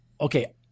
okay